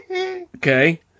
Okay